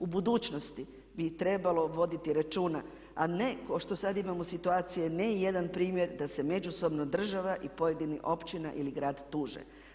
U budućnosti bi trebalo voditi računa a ne kao što sad imamo situaciju ne jedan primjer da se međusobno država i pojedine općine ili grad tuže.